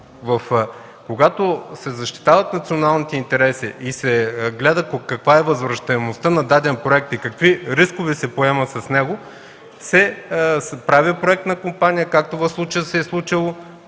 Когато се защитават националните интереси и се гледа каква е възвръщаемостта на даден проект и какви рискове се поемат с него, се прави проектна компания, както в случая се е случило.